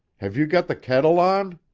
have you got the kettle on?